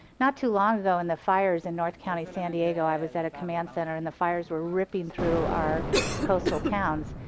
not too long ago in the fires in north county san diego, i was at a command center and the fires were ripping through our coastal towns.